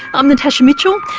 i'm natasha mitchell,